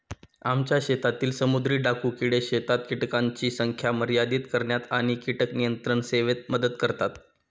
आमच्या शेतातील समुद्री डाकू किडे शेतात कीटकांची संख्या मर्यादित करण्यात आणि कीटक नियंत्रण सेवेत मदत करतात